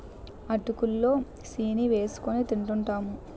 అటుకులు లో సీని ఏసుకొని తింటూంటాము